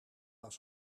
was